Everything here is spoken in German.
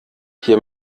hier